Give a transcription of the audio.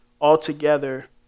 altogether